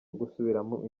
gusubiramo